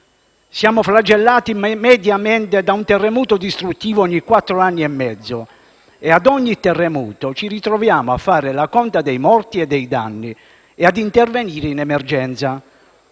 Siamo flagellati mediamente da un terremoto distruttivo ogni quattro anni e mezzo e a ogni terremoto ci ritroviamo a fare la conta dei morti e dei danni e a intervenire in emergenza,